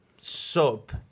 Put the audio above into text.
sub